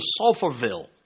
Sulphurville